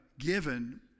given